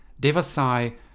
Devasai